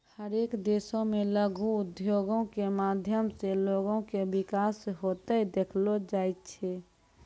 हरेक देशो मे लघु उद्योगो के माध्यम से लोगो के विकास होते देखलो जाय छै